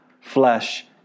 flesh